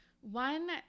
One